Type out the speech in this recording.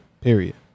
Period